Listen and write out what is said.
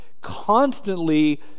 constantly